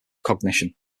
cognition